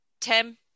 tim